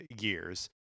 years